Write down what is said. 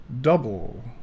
Double